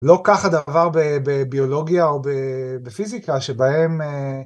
לא ככה דבר בביולוגיה או בפיזיקה שבהם..